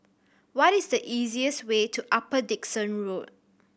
what is the easiest way to Upper Dickson Road